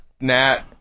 Nat